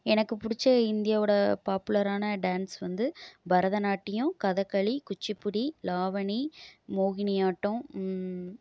எனக்கு பிடிச்ச இந்தியாவோடய பாப்புலரான டான்ஸ் வந்து பரதநாட்டியம் கதக்களி குச்சிப்புடி லாவனி மோகினியாட்டம்